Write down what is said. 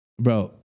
Bro